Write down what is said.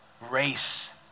Race